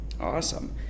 Awesome